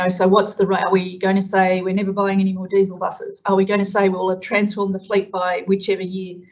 so what's the right, are we going to say we're never buying any more diesel buses? are we going to say well a transform the fleet by whichever year.